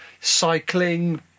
cycling